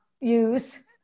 use